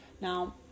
Now